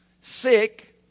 sick